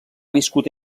viscut